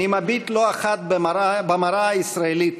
אני מביט לא אחת במראה הישראלית,